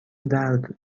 درد